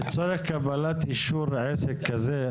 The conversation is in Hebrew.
לצורך קבלת אישור עסק כזה,